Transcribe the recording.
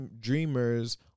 dreamers